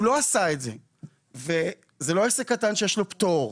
הוא לא עשה את זה וזה לא עסק קטן שיש לו פטור,